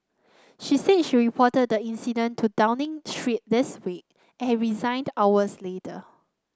she said she reported the incident to Downing Street this wake and resigned hours later